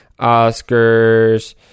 Oscars